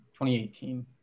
2018